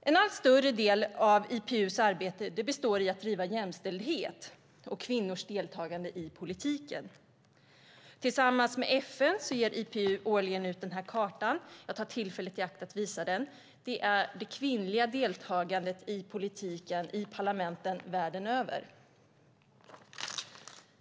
En allt större del av IPU:s arbete består i att driva jämställdhetsfrågor och kvinnors deltagande i politiken. Tillsammans med FN ger IPU årligen ut en karta som jag tar tillfället i akt att visa här i talarstolen. Kartan visar det kvinnliga deltagandet i politiken i parlamenten världen över.